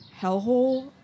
hellhole